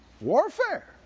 Warfare